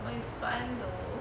but it's fun though